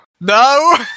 No